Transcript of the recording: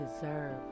deserve